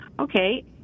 okay